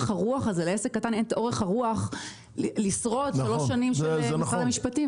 לעסק קטן אין את אורך הרוח לשרוד שלוש שנים בשביל משרד המשפטים.